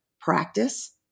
practice